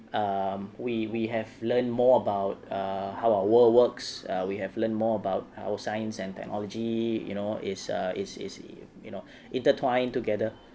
um we we have learnt more about err how our world works err we have learnt more about our science and technology you know is uh is is you know intertwined together